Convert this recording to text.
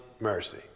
mercy